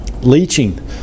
leaching